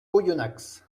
oyonnax